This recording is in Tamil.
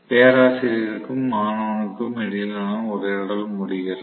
பேராசிரியருக்கும் மாணவனுக்கும் இடையிலான உரையாடல் முடிகிறது